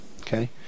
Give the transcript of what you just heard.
Okay